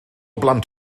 blant